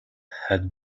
had